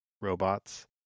robots